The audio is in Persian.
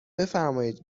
بفرمایید